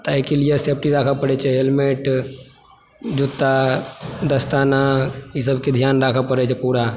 तैं के लिए सेफ्टी राखऽ पड़ै छै हेलमेट जूता दस्ताना ई सबके ध्यान राखऽ पड़ै छै पूरा